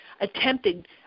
attempted –